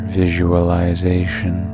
visualization